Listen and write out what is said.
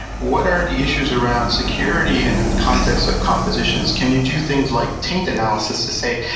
what are the issues around security in the context of compositions? can you do things like taint analysis to say,